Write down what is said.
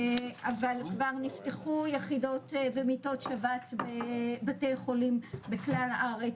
אבל כבר נפתחו יחידות ומיטות שבץ בבתי חולים בכלל הארץ,